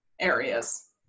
areas